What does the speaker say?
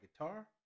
guitar